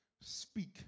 speak